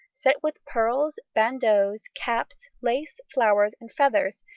set with pearls, bandeaus, caps, lace, flowers and feathers,